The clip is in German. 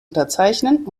unterzeichnen